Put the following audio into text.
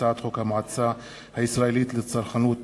מטעם הממשלה: הצעת חוק המועצה הישראלית לצרכנות (תיקון),